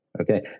Okay